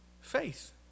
faith